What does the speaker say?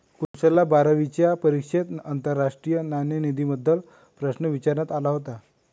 कुशलला बारावीच्या परीक्षेत आंतरराष्ट्रीय नाणेनिधीबद्दल प्रश्न विचारण्यात आला होता